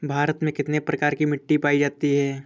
भारत में कितने प्रकार की मिट्टी पायी जाती है?